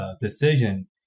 decision